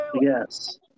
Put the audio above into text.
Yes